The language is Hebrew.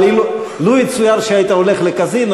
אבל לו יצויר שהיית הולך לקזינו,